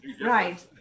right